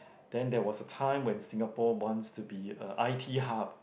then there was a time when Singapore wants to be a I_T hub